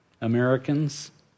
Americans